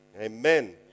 Amen